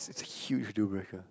it's it's a huge deal breaker